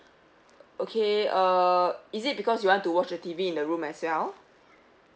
okay uh is it because you want to watch the T_V in the room as well